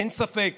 אין ספק